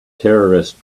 terrorist